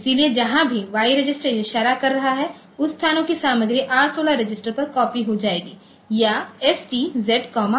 इसलिए जहाँ भी Y रजिस्टर इशारा कर रहा है उस स्थानों की सामग्री R16 रजिस्टर पर कॉपी हो जायेगा या ST ZR16